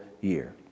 year